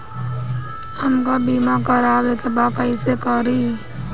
हमका बीमा करावे के बा कईसे करी?